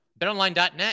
BetOnline.net